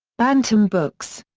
bantam books.